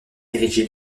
érigé